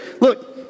Look